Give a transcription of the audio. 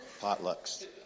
Potlucks